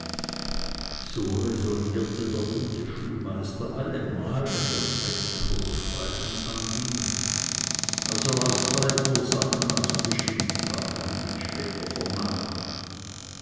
so räsonnierte der gute schulmeister allemal wenn das rechnen oder schreiben anging er soll aus zwei ursachen also geschimpft haben wie ich später vernahm